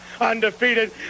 undefeated